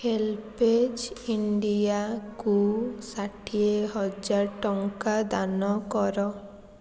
HelpAge ଇଣ୍ଡିଆକୁ ଷାଠିଏ ହଜାର ଟଙ୍କା ଦାନ କର